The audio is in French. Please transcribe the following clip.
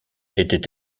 était